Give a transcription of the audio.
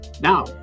Now